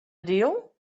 deal